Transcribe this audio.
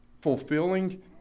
fulfilling